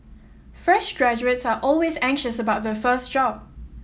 fresh graduates are always anxious about their first job